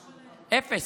אפס.